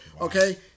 Okay